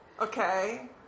Okay